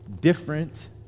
different